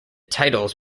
titles